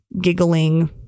giggling